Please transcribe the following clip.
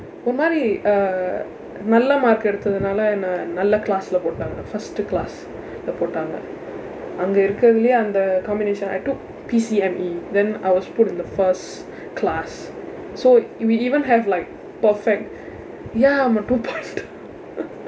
ஒரு மாதிரி:oru maathiri uh நல்ல:nalla mark எடுத்து நால நான் நல்ல:eduththathu naala naan nalla class இல்ல போட்டாங்க:illa potdaangka first class-lae போட்டாங்க அங்க இருக்கிறதிலே அந்த:pootdaangka angka irukkirathilee andtha combination I took P C M E then I was put in the first class so you may even have like perfect ya I'm a two pointer